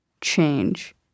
change